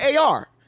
AR